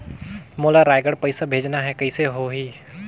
मोला रायगढ़ पइसा भेजना हैं, कइसे होही?